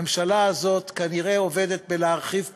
הממשלה הזאת כנראה עובדת בהרחבת פערים,